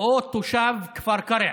או תושב מכפר קרע